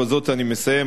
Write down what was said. בזה אני מסיים,